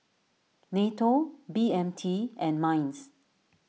Nato B M T and Minds